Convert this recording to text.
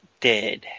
Dead